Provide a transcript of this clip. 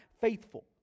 faithful